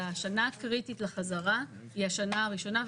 השנה הקריטית לחזרה היא השנה הראשונה,